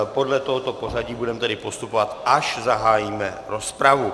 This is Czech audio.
Podle tohoto pořadí budeme tedy postupovat, až zahájíme rozpravu.